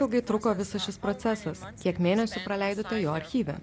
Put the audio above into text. ilgai truko visas šis procesas kiek mėnesių praleidote jo archyve